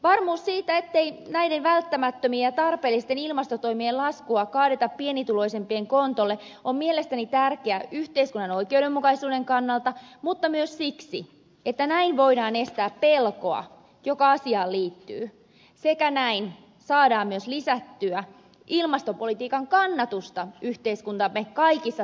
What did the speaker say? varmuus siitä ettei näiden välttämättömien ja tarpeellisten ilmastotoimien laskua kaadeta pienituloisimpien kontolle on mielestäni tärkeä yhteiskunnan oikeudenmukaisuuden kannalta mutta myös siksi että näin voidaan estää pelkoa joka asiaan liittyy sekä näin saadaan myös lisättyä ilmastopolitiikan kannatusta yhteiskuntamme kaikissa sosioekonomisissa ryhmissä